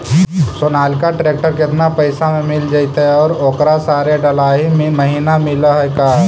Sonalika tractor केतना पैसा में मिल जइतै और ओकरा सारे डलाहि महिना मिलअ है का?